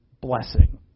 blessing